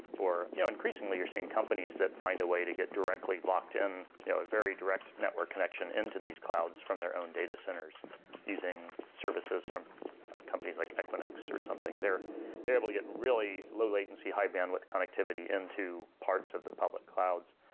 yeah increasingly, you're seeing companies that find a way to get directly locked in you know a very direct network connection into these clouds from their own data centers using services from companies like equinox or something they're they're able to get really low-latency, high-bandwidth connectivity into parts of the public clouds.